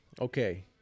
Okay